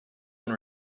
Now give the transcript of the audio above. and